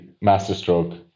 Masterstroke